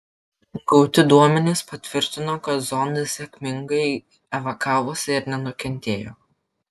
gauti duomenys patvirtino kad zondas sėkmingai evakavosi ir nenukentėjo